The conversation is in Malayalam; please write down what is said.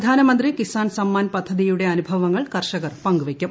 പ്രധാനമന്ത്രി കിസാൻ സമ്മാൻ പദ്ധതിയുടെ അനുഭവങ്ങൾ കർഷകർ പങ്കുവെയ്ക്കും